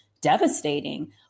devastating